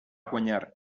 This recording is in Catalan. guanyar